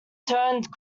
turned